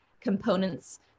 components